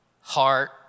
heart